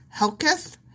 Helketh